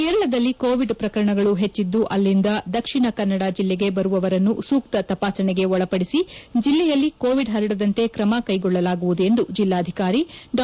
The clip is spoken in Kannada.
ಕೇರಳದಲ್ಲಿ ಕೋವಿಡ್ ಪ್ರಕರಣಗಳು ಹೆಚ್ಚಿದ್ದು ಅಲ್ಲಿಂದ ದಕ್ಷಿಣ ಕನ್ನಡ ಜಿಲ್ಲೆಗೆ ಬರುವವರನ್ನು ಸೂಕ್ತ ತಪಾಸಣೆಗೆ ಒಳಪಡಿಸಿ ಜಿಲ್ಲೆಯಲ್ಲಿ ಕೋವಿಡ್ ಹರಡದಂತೆ ಕ್ರಮ ಕೈಗೊಳ್ಳಲಾಗುವುದು ಎಂದು ಜಿಲ್ಲಾಧಿಕಾರಿ ಡಾ